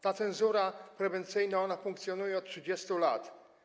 Ta cenzura prewencyjna funkcjonuje od 30 lat.